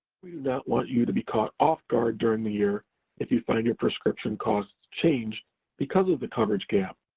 not want you to be caught off guard during the year if you find your prescription costs change because of the coverage gap.